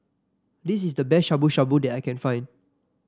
this is the best Shabu Shabu that I can find